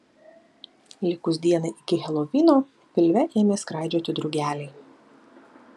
likus dienai iki helovino pilve ėmė skraidžioti drugeliai